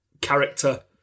character